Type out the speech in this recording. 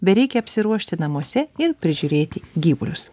bereikia apsiruošti namuose ir prižiūrėti gyvulius